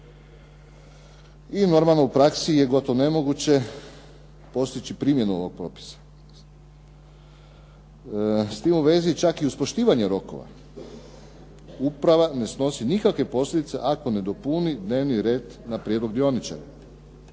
I normalno u praksi je gotovo nemoguće postići primjenu ovog propisa. S tim u vezi čak i uz poštivanje rokova uprava ne snosi nikakve posljedice ako ne dopuni dnevni red na prijedlog dioničara.